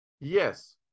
yes